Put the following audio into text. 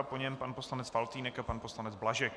Po něm pan poslanec Faltýnek a pan poslanec Blažek.